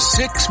six